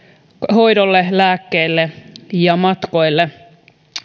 hoidolle lääkkeelle ja matkoille